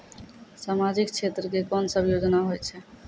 समाजिक क्षेत्र के कोन सब योजना होय छै?